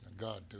God